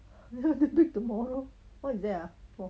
bake tomorrow what's there ah for